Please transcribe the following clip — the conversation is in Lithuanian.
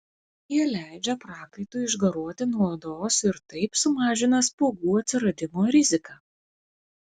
jie leidžia prakaitui išgaruoti nuo odos ir taip sumažina spuogų atsiradimo riziką